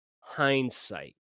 Hindsight